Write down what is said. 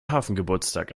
hafengeburtstag